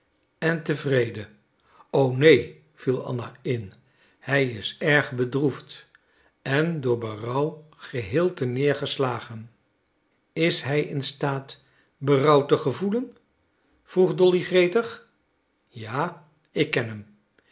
en tevreden o neen viel anna in hij is erg bedroefd en door berouw geheel ter neergeslagen is hij in staat berouw te gevoelen vroeg dolly gretig ja ik ken hem